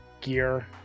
gear